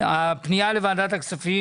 פנייה לוועדת הכספים